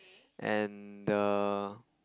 and the